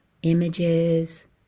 images